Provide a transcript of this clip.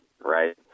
right